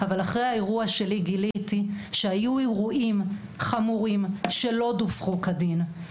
אבל האירוע שלי גיליתי שהיו אירועים חמורים שלא דווחו כדין,